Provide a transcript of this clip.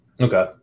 Okay